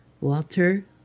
Walter